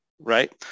right